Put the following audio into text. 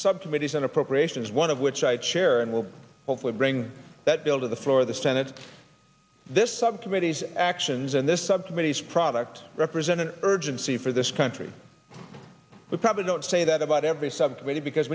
subcommittees an appropriations one of which i chair and will hopefully bring that bill to the floor of the senate this subcommittees actions and this subcommittees products represent an urgency for this country we probably don't say that about every